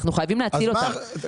חייבים להציל אותם.